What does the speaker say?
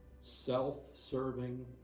self-serving